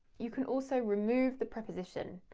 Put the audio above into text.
you can also remove the preposition.